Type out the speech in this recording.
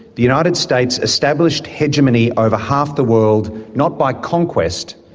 the united states established hegemony over half the world not by conquest,